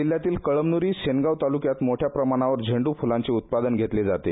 जिल्ह्यात कळमन्री शेनगाव ताल्क्यात मोठ्या प्रमाणात झेंड्र फ्लाचे उत्पादन घेतले जाते